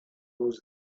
was